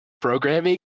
programming